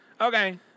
Okay